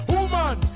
Woman